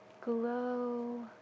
glow